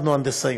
למדו הנדסאים,